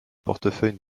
portefeuille